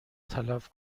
تلف